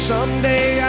Someday